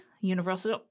universal